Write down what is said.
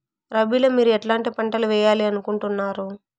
రబిలో మీరు ఎట్లాంటి పంటలు వేయాలి అనుకుంటున్నారు?